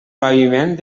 paviment